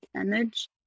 image